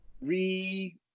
re-